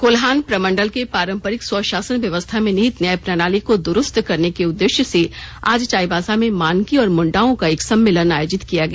कोल्हान प्रमंडल के पारंपरिक स्वशासन व्यवस्था में निहित न्याय प्रणाली को दुरूस्त करने के उददेश्य से आज चाईबासा में मानकी और मुंडाओं का एक सम्मेलन आयोजित किया गया